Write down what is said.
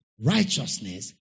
Righteousness